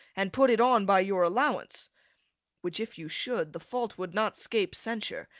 and put it on by your allowance which if you should, the fault would not scape censure,